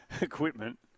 equipment